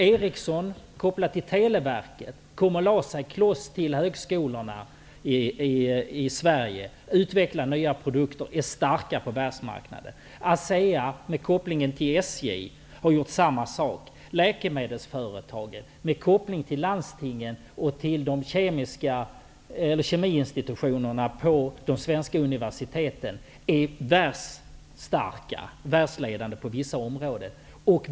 Ericsson, med koppling till Televerket, kom och lade sig kloss intill högskolorna i Sverige och utvecklar nya produkter. De är starka på världsmarknaden. ASEA, som har en koppling till SJ, har gjort samma sak. Läkemedelsföretag, med koppling till landstingen och kemiinstitutionerna på de svenska universiteten, är världsledande på vissa områden.